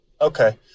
Okay